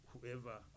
whoever